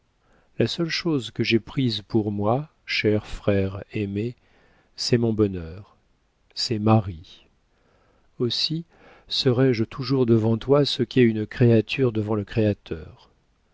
la seule chose que j'aie prise pour moi cher frère aimé c'est mon bonheur c'est marie aussi serai-je toujours devant toi ce qu'est une créature devant le créateur